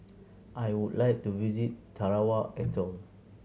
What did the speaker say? I would like to visit Tarawa Atoll